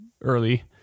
early